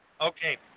Okay